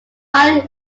higher